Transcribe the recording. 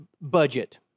budget